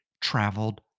traveled